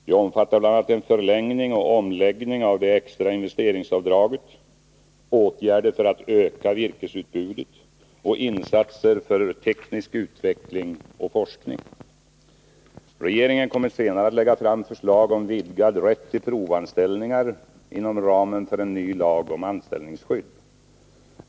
De omfattar bl.a. en förlängning och omläggning av det extra investeringsavdraget, åtgärder för att öka virkesutbudet och insatser för teknisk utveckling och forskning. Regeringen kommer senare att lägga fram förslag om vidgad rätt till provanställningar inom ramen för en ny lag om anställningsskydd.